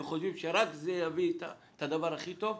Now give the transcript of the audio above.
וחושבים שרק זה יביא את הדבר הכי טוב,